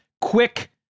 Quick